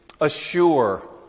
assure